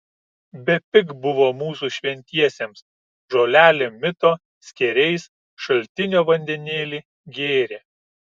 bepig buvo mūsų šventiesiems žolelėm mito skėriais šaltinio vandenėlį gėrė